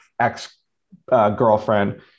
ex-girlfriend